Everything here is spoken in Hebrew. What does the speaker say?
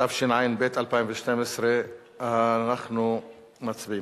התשע"ב 2012. אנחנו מצביעים.